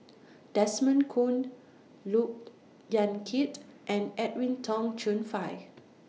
Desmond Kon Look Yan Kit and Edwin Tong Chun Fai